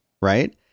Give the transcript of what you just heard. Right